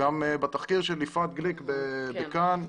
בתחקיר של יפעת גליק ב-כאן 11,